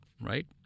right